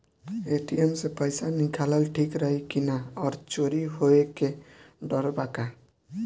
ATM से पईसा निकालल ठीक रही की ना और चोरी होये के डर बा का?